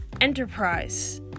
enterprise